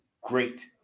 great